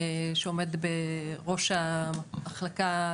שעומד בראש המחלקה,